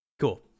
Cool